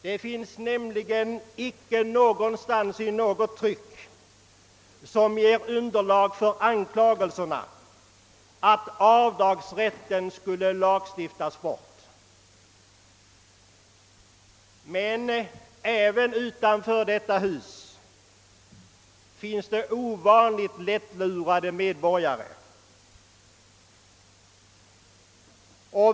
Det finns nämligen ingenstans i något tryck underlag för påståendet att avdragsrätten skulle borttagas lagstiftningsvägen. Men även utanför detta hus finns det ovanligt lättlurade medborgare.